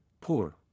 poor